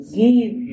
give